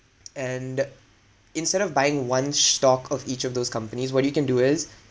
and instead of buying one stock of each of those companies what you can do is